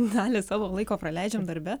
dalį savo laiko praleidžiam darbe